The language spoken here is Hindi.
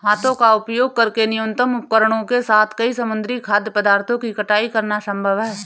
हाथों का उपयोग करके न्यूनतम उपकरणों के साथ कई समुद्री खाद्य पदार्थों की कटाई करना संभव है